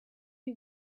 you